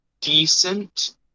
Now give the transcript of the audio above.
decent